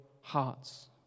hearts